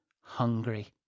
hungry